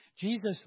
Jesus